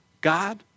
God